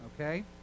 Okay